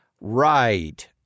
right